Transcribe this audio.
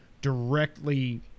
directly